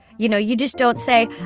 you know you just don't say,